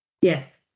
yes